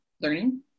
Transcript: learning